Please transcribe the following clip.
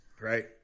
right